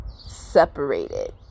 separated